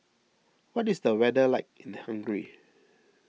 what is the weather like in Hungary